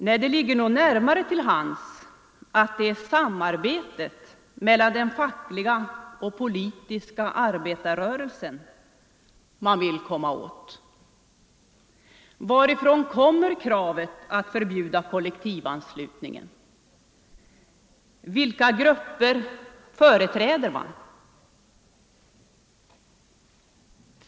Nej, det ligger nog närmare till hands att det är samarbetet mellan den fackliga och politiska arbetarrörelsen man vill komma åt. Varifrån kommer kravet att förbjuda kollektivanslutningen? Vilka grupper företräder man?